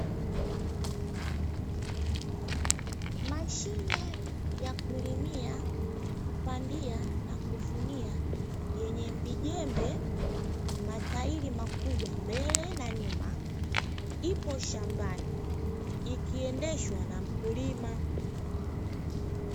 Mashine ya kulimia, kupandia na kuvunia, yenye vijembe matairi makubwa mbele na nyuma, ipo shambani ikiendeshwa na mkulima.